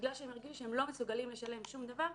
בגלל שהם מרגישים שהם לא מסוגלים לשלם שום דבר,